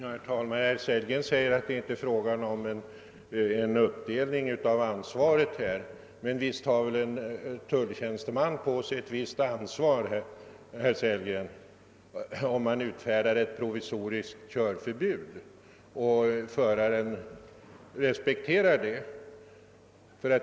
Herr talman! Herr Sellgren sade att det inte är fråga om någon uppdelning av ansvaret. Men visst får väl en tulltjänsteman ett visst ansvar om han utfärdar ett provisoriskt körförbud: och föraren i fråga respekterar det.